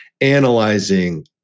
analyzing